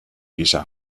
gisa